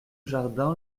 jardin